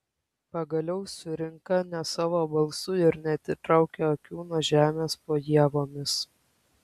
pagaliau surinka ne savo balsu ir neatitraukia akių nuo žemės po ievomis